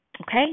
okay